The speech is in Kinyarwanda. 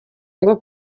ngo